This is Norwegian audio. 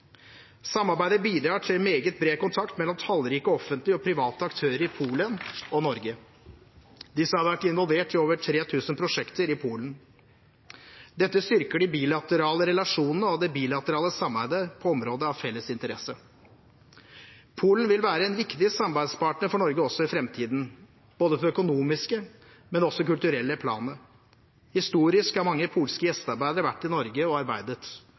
Samarbeidet bidrar til meget bred kontakt mellom tallrike offentlige og private aktører i Polen og Norge. Disse har vært involvert i over 3 000 prosjekter i Polen. Dette styrker de bilaterale relasjonene og det bilaterale samarbeidet på områder av felles interesse. Polen vil være en viktig samarbeidspartner for Norge også i framtiden, både på det økonomiske og på det kulturelle planet. Historisk har mange polske gjestearbeidere vært i Norge og arbeidet.